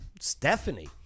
Stephanie